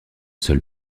seul